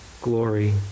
glory